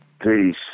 Peace